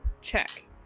Check